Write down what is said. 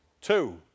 two